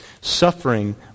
Suffering